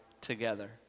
together